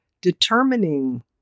determining